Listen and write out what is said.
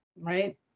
Right